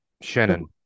Shannon